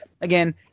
again